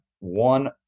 one